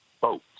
Vote